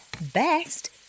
best